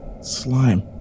slime